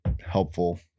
helpful